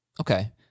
Okay